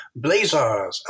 blazars